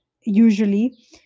usually